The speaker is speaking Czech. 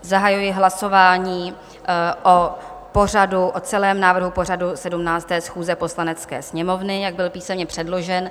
Zahajuji hlasování o celém návrhu pořadu 17. schůze Poslanecké sněmovny, jak byl písemně předložen.